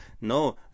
no